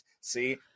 See